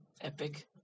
epic